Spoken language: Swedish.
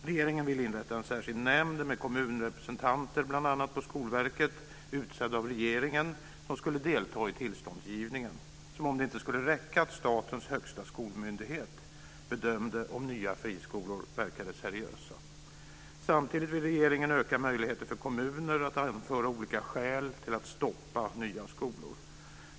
Regeringen vill inrätta en särskild nämnd med kommunrepresentanter, utsedda av regeringen, bl.a. på Skolverket som skulle delta i tillståndsgivningen, som om det inte skulle räcka att statens högsta skolmyndighet bedömer om nya friskolor verkar seriösa. Samtidigt vill regeringen öka möjligheterna för kommuner att anföra olika skäl till att stoppa nya skolor.